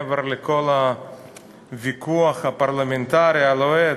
מעבר לכל הוויכוח הפרלמנטרי הלוהט,